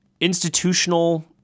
institutional